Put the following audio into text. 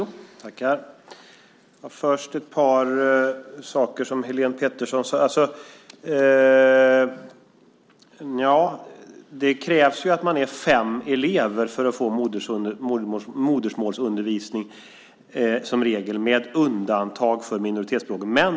Herr talman! Jag ska först kommentera ett par saker som Helene Petersson sade. Det krävs fem elever för att man ska få modersmålsundervisning, med undantag för minoritetsspråken.